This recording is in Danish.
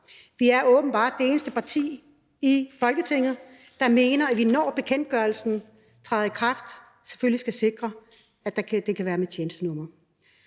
Vi er åbenbart det eneste parti i Folketinget, der mener, at vi, når bekendtgørelsen træder i kraft, selvfølgelig skal sikre, at det kan være med tjenestenummer.